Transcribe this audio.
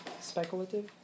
speculative